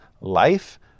life